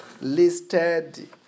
listed